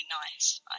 nice